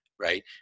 Right